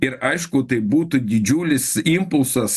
ir aišku tai būtų didžiulis impulsas